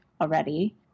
already